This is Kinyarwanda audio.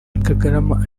kagarama